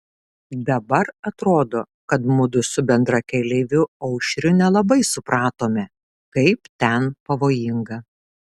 dabar atrodo kad mudu su bendrakeleiviu aušriu nelabai supratome kaip ten pavojinga